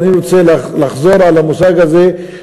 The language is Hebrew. ואני רוצה לחזור על המושג הזה,